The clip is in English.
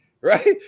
right